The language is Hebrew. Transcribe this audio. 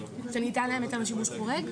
שניתן להם היתר לשימוש חורג?